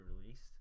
released